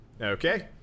Okay